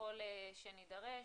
ככל שנידרש.